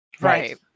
Right